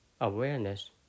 awareness